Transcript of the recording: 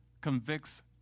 convicts